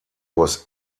was